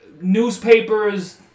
newspapers